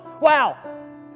wow